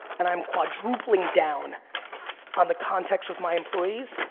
and i'm quadrupling down on the context with my employees.